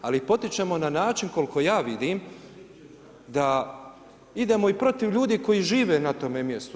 Ali ih potičemo na način koliko ja vidim da idemo i protiv ljudi koji žive na tome mjestu.